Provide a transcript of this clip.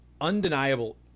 undeniable